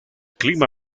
clima